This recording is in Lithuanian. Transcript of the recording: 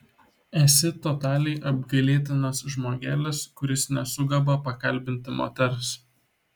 esi totaliai apgailėtinas žmogelis kuris nesugeba pakalbinti moters